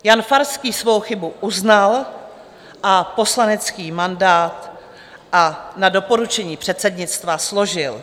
Jan Farský svou chybu uznal a poslanecký mandát na doporučení předsednictva složil.